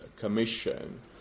Commission